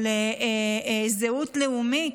על זהות לאומית.